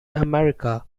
america